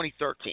2013